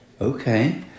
Okay